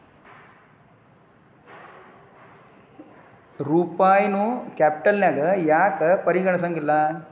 ರೂಪಾಯಿನೂ ಕ್ಯಾಪಿಟಲ್ನ್ಯಾಗ್ ಯಾಕ್ ಪರಿಗಣಿಸೆಂಗಿಲ್ಲಾ?